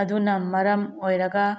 ꯑꯗꯨꯅ ꯃꯔꯝ ꯑꯣꯏꯔꯒ